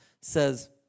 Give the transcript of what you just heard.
says